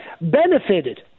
benefited